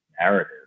narrative